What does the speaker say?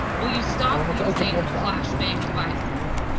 will you stop using flash bang devices,